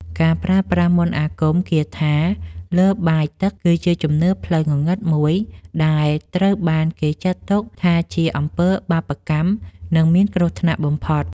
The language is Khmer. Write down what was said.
ការប្រើប្រាស់មន្តអាគមគាថាលើបាយទឹកគឺជាជំនឿផ្លូវងងឹតមួយដែលត្រូវបានគេចាត់ទុកថាជាអំពើបាបកម្មនិងមានគ្រោះថ្នាក់បំផុត។